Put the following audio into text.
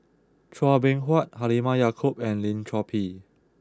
Chua Beng Huat Halimah Yacob and Lim Chor Pee